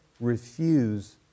refuse